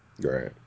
Right